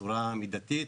בצורה מידתית,